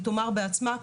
היא תאמר בעצמה,